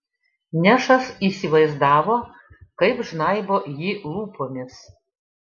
nešas įsivaizdavo kaip žnaibo jį lūpomis